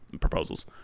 proposals